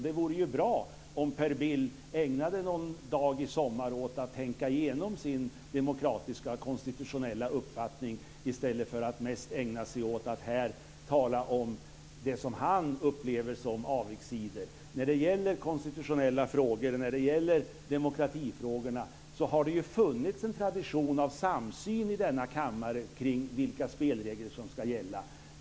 Det vore bra om Per Bill ägnade någon dag i sommar åt att tänka igenom sin demokratiska konstitutionella uppfattning i stället för att mest ägna sig åt att här tala om det som han upplever som avigsidor. När det gäller konstitutionella frågor och demokratifrågor har det funnits en tradition av samsyn i denna kammare kring vilka spelregler som ska gälla.